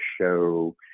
show